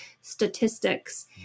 statistics